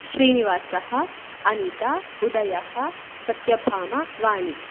श्रीनिवासः अनीता उदयः सत्यभामा वाणी